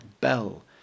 bell